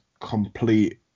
complete